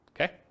okay